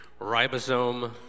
ribosome